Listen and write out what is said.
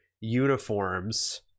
uniforms